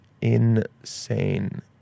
insane